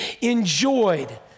enjoyed